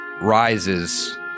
rises